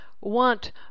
want